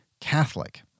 Catholic